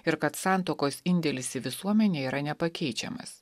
ir kad santuokos indėlis į visuomenę yra nepakeičiamas